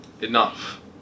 enough